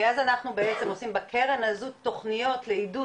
כי אז אנחנו עושים בקרן הזו תוכניות לעידוד